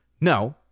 No